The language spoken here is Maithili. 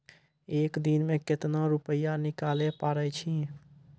एक दिन मे केतना रुपैया निकाले पारै छी?